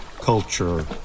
culture